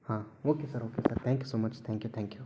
ಹಾಂ okay sir okay sir thank you so much thank you thank you